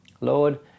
Lord